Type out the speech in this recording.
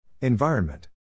Environment